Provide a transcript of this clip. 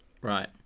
Right